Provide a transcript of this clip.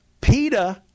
PETA